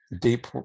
deep